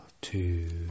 two